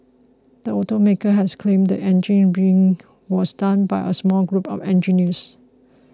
the automaker has claimed the engine rigging was done by a small group of engineers